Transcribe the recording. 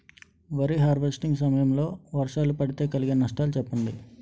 వరి హార్వెస్టింగ్ సమయం లో వర్షాలు పడితే కలిగే నష్టాలు చెప్పండి?